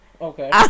Okay